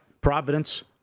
Providence